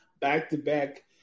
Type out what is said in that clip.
back-to-back